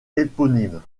éponyme